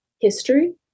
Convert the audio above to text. history